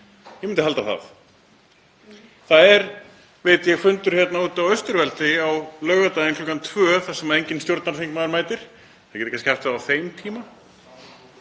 Ég myndi halda það. Það er, veit ég, fundur hérna úti á Austurvelli á laugardaginn klukkan tvö þar sem enginn stjórnarþingmaður mætir, þið getið kannski haft það á þeim tíma.